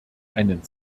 einen